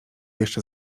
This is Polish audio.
jeszcze